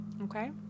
Okay